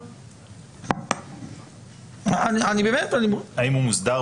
אני מצטרף